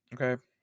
Okay